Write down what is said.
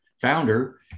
founder